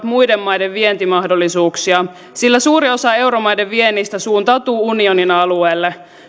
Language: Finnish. muiden maiden vientimahdollisuuksia sillä suuri osa euromaiden viennistä suuntautuu unionin alueelle